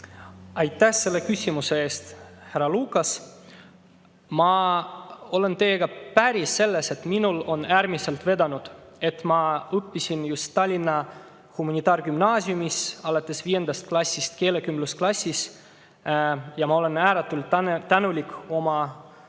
Aitäh selle küsimuse eest, härra Lukas! Ma olen teiega päri selles: minul on äärmiselt vedanud, et ma õppisin just Tallinna Humanitaargümnaasiumis, alates 5. klassist keelekümblusklassis. Ma olen ääretult tänulik oma õpetajatele,